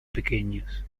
pequeños